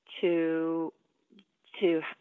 to—to